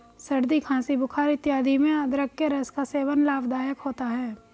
सर्दी खांसी बुखार इत्यादि में अदरक के रस का सेवन लाभदायक होता है